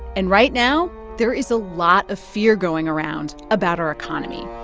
and right now, there is a lot of fear going around about our economy